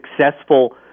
successful